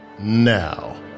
Now